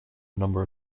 number